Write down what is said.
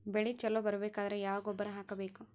ಬೆಳಿ ಛಲೋ ಬರಬೇಕಾದರ ಯಾವ ಗೊಬ್ಬರ ಹಾಕಬೇಕು?